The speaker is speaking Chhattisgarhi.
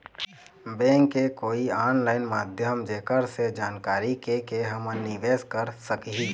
बैंक के कोई ऑनलाइन माध्यम जेकर से जानकारी के के हमन निवेस कर सकही?